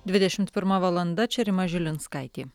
dvidešimt pirma valanda čia rima žilinskaitė